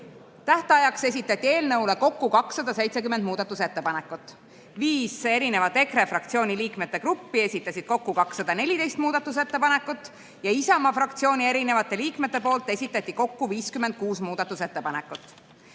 Tähtajaks esitati eelnõu kohta kokku 270 muudatusettepanekut. Viis EKRE fraktsiooni liikmete gruppi esitasid kokku 214 muudatusettepanekut ja Isamaa fraktsiooni liikmed esitasid kokku 56 muudatusettepanekut.